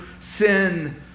sin